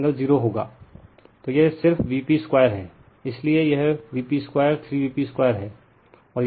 तो यह सिर्फ Vp2 है इसलिए यह Vp2 3Vp2 है